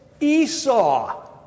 Esau